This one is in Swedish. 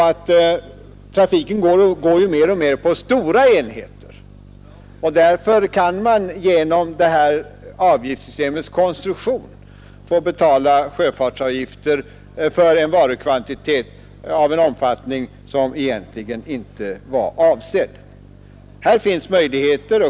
Emellertid går trafiken mer och mer på stora enheter, och därmed kan man på grund av avgiftssystemets konstruktion få betala sjöfartsavgifter för en viss varukvantitet av en omfattning som egentligen inte var avsedd.